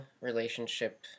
relationship